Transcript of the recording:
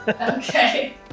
Okay